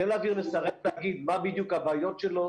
חיל האוויר מסרב להגיד מה בדיוק הבעיות שלו,